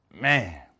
man